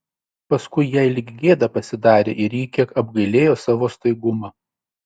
paskui jai lyg gėda pasidarė ir ji kiek apgailėjo savo staigumą